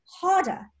harder